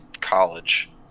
college